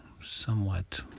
somewhat